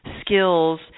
skills